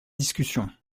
discussion